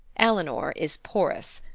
eleanor is porous,